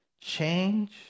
Change